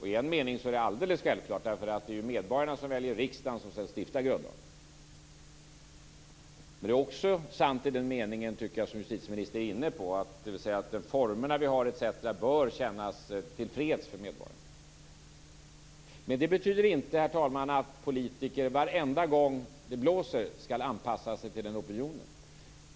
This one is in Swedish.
I en mening är det alldeles självklart, eftersom det ju är medborgarna som väljer riksdagen, som i sin tur stiftar grundlag. Men jag tycker också att det är sant i den mening som justitieministern är inne på, dvs. att de former som vi tillämpar bör kännas tillfredsställande för medborgarna. Detta betyder dock inte, herr talman, att politiker varenda gång det blåser skall anpassa sig till opinionen.